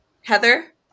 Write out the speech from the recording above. Heather